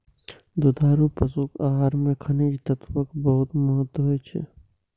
दुधारू पशुक आहार मे खनिज तत्वक बहुत महत्व होइ छै